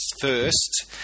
first